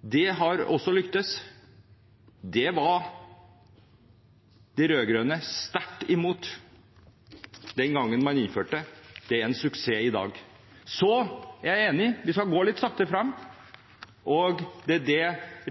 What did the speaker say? Det har også lyktes. De rød-grønne var sterkt imot den gangen man innførte det. Det er en suksess i dag. Jeg er enig i at vi skal gå litt sakte fram. Det er det